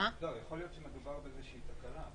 יכול להיות שמדובר בתקלה,